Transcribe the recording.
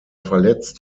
verletzt